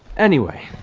anyway.